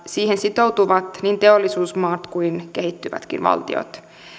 siihen sitoutuvat niin teollisuusmaat kuin kehittyvätkin valtiot